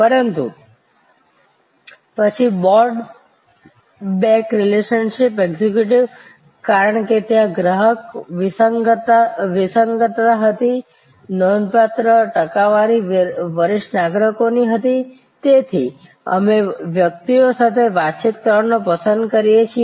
પરંતુ પછી board back relationship executives કારણ કે ત્યાં ગ્રાહક વિસંગતતા હતી નોંધપાત્ર ટકાવારી વરિષ્ઠ નાગરિકો ની હતીતેથી અમે વ્યક્તિઓ સાથે વાતચીત કરવાનું પસંદ કરીએ છીએ